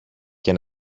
και